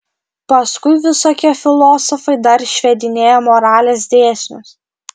paskui visokie filosofai dar išvedinėja moralės dėsnius